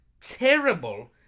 terrible